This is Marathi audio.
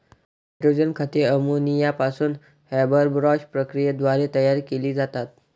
नायट्रोजन खते अमोनिया पासून हॅबरबॉश प्रक्रियेद्वारे तयार केली जातात